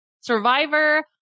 Survivor